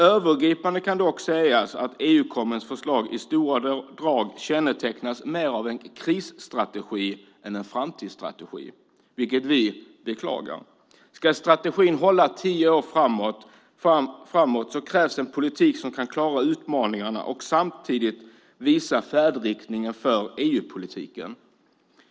Övergripande kan sägas att EU-kommissionens förslag i stora drag kännetecknas mer av en krisstrategi än av en framtidstrategi, vilket vi beklagar. Ska strategin hålla tio år framåt krävs en politik som kan klara utmaningarna och samtidigt visa färdriktningen för EU-politiken.